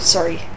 Sorry